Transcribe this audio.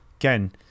again